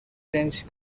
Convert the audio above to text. change